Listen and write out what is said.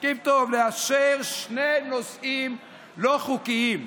תקשיב טוב, לאשר שני נושאים לא חוקיים.